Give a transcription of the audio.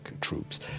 troops